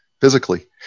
physically